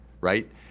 right